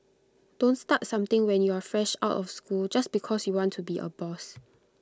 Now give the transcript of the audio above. don't start something when you're fresh out of school just because you want to be A boss